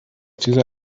dieser